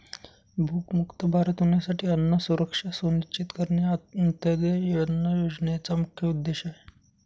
भूकमुक्त भारत होण्यासाठी अन्न सुरक्षा सुनिश्चित करणे हा अंत्योदय अन्न योजनेचा मुख्य उद्देश आहे